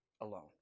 alone